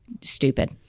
stupid